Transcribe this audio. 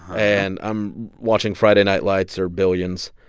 and i'm watching friday night lights or billions.